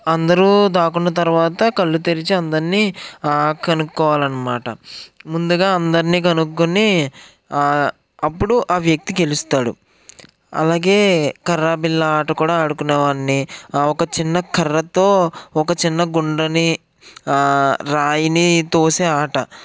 అందరూ దాక్కున్న తర్వాత కళ్ళు తెరిచి అందరినీ కనుక్కోవాలనమాట ముందుగా అందర్నీ కనుక్కుని అప్పుడు ఆ వ్యక్తి గెలుస్తాడు అలాగే కర్రా బిల్ల ఆట కూడా ఆడుకునే వాడ్ని ఒక చిన్న కర్రతో ఒక చిన్న గుండుని రాయిని తోసే ఆట